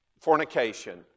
fornication